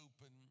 open